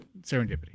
Serendipity